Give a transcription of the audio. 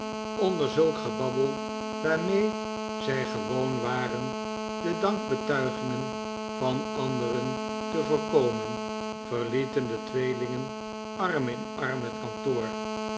onder zulk gebabbel waarmee zij gewoon waren de dankbetuigingen van anderen te voorkomen verlieten de tweelingen arm in arm het kantoor